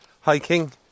hiking